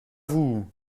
vous